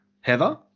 Heather